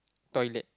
toilet